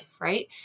right